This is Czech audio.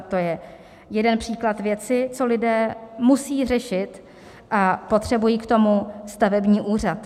To je jeden příklad věci, co lidé musejí řešit, a potřebují k tomu stavební úřad.